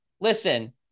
listen